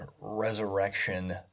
resurrection